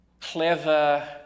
clever